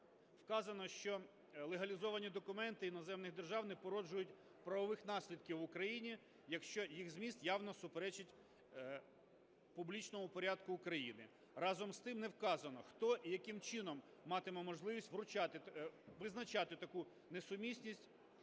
вказано, що легалізовані документи іноземних держав не породжують правових наслідків в Україні, якщо їх зміст явно суперечить публічному порядку України. Разом з тим, не вказано, хто і яким чином матиме можливість визначати таку несумісність,